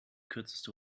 kürzeste